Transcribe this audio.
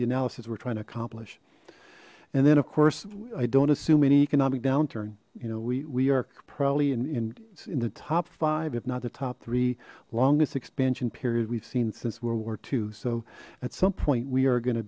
analysis were trying to accomplish and then of course i don't assume any economic downturn you know we we are probably in in the top five if not the top three longest expansion period we've seen since world war two so at some point we are going to